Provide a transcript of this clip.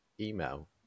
email